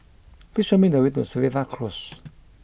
please show me the way to Seletar Close